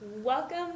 Welcome